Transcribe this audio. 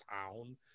town